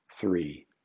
three